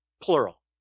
Plural